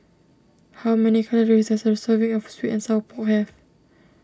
how many calories does a serving of Sweet and Sour Pork have